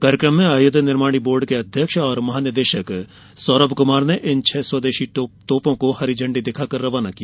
कार्यक्रम में आयुध निर्माणी बोर्ड के अध्यक्ष एवं महानिदेशक सौरभ कुमार ने इन छह स्वदेशी तोपों को हरी झंडी दिखाकर रवाना किया